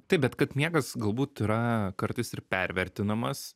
taip bet kad miegas galbūt yra kartais ir pervertinamas